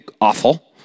awful